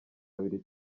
abiri